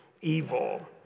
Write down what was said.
evil